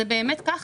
זה באמת כך.